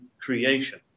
creation